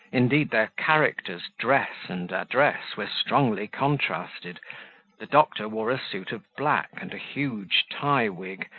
indeed, their characters, dress, and address, were strongly contrasted the doctor wore a suit of black, and a huge tie-wig,